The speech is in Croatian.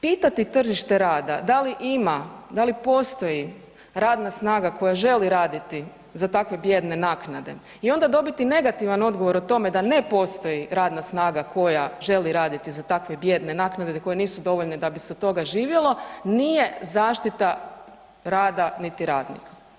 Pitati tržište rada da li ima, da li postoji radna snaga koja želi raditi za takve bijedne naknade i onda dobiti negativan odgovor o tome da ne postoji radna snaga koja želi raditi za takve bijedne naknade koje nisu dovoljne da bi se od toga živjelo nije zaštita rada, niti radnika.